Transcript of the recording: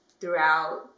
throughout